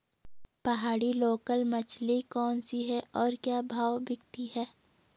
पहाड़ी लोकल मछली कौन सी है और क्या भाव बिकती है?